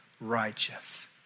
righteous